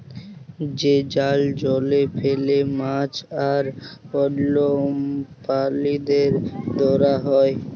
যে জাল জলে ফেলে মাছ আর অল্য প্রালিদের ধরা হ্যয়